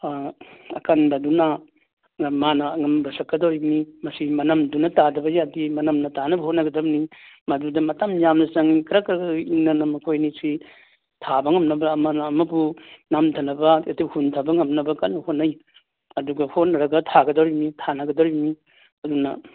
ꯑꯀꯟꯕꯗꯨꯅ ꯃꯥꯅ ꯑꯉꯝꯕ ꯁꯛꯀꯗꯧꯔꯤꯅꯤ ꯃꯁꯤ ꯃꯅꯝꯗꯨꯅ ꯇꯥꯗꯕ ꯌꯥꯗꯦ ꯃꯅꯝꯅ ꯇꯥꯅꯕ ꯍꯣꯠꯅꯒꯗꯕꯅꯤ ꯃꯗꯨꯗ ꯃꯇꯝ ꯌꯥꯝꯅ ꯆꯪꯉꯤ ꯀꯔꯛ ꯀꯔꯛ ꯏꯟꯅꯅ ꯃꯈꯣꯏ ꯑꯅꯤꯁꯤ ꯊꯥꯕ ꯉꯝꯅꯕ ꯑꯃꯅ ꯑꯃꯕꯨ ꯅꯝꯊꯅꯕ ꯑꯗꯩ ꯍꯨꯟꯊꯕ ꯉꯝꯅꯕ ꯀꯟꯅ ꯍꯣꯠꯅꯩ ꯑꯗꯨꯒ ꯍꯣꯟꯅꯔꯒ ꯊꯥꯒꯗꯧꯔꯤꯃꯤ ꯊꯥꯅꯒꯗꯧꯔꯤꯃꯤ ꯑꯗꯨꯅ